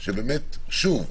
שבאמת שוב,